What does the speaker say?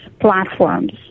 platforms